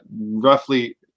roughly